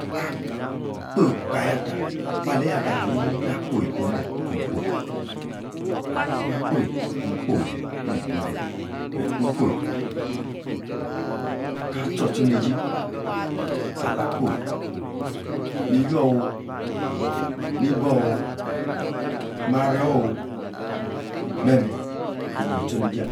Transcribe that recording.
aaaakpo kayata, maleyi agaha-nini na-kpoi, kumeh kun-kpoi'' kuan-kpoi-akun-kpoi-yah, ino go-go yah, meh-kun-kpoi kah-tchor-tchor neijei alah kpoi, mi-your-orh, mi-bor o'h mah-re o'h meh-meh onor-tchor-neijei